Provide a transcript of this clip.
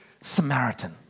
Samaritan